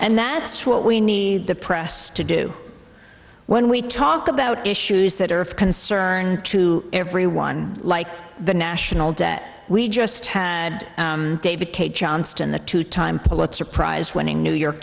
and that's what we need the press to do when we talk about issues that are of concern to everyone like the national debt we just had david cay johnston the two time pulitzer prize winning new york